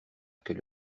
quelle